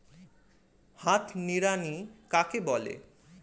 হাত নিড়ানি কাকে বলে?